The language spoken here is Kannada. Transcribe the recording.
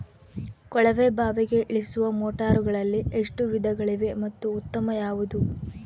ಕೊಳವೆ ಬಾವಿಗೆ ಇಳಿಸುವ ಮೋಟಾರುಗಳಲ್ಲಿ ಎಷ್ಟು ವಿಧಗಳಿವೆ ಮತ್ತು ಉತ್ತಮ ಯಾವುದು?